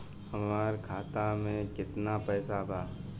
हमरा खाता मे केतना पैसा बा?